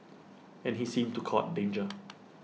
and he seemed to court danger